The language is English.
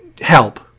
help